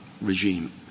regime